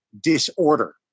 disorder